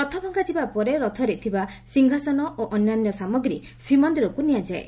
ରଥ ଭଙ୍ଗାଯିବା ପରେ ରଥରେ ଥିବା ସିଂହାସନ ଓ ଅନ୍ୟାନ୍ୟ ସାମଗ୍ରୀ ଶ୍ରୀମନ୍ଦିରକୁ ନିଆଯାଏ